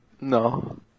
No